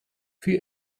für